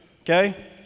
okay